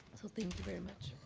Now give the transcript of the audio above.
so thank you very much.